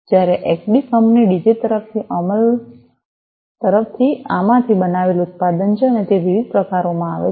જ્યારે એક્સબી કંપની ડીજી તરફથી આમાંથી બનાવેલ ઉત્પાદન છે અને તે વિવિધ પ્રકારોમાં આવે છે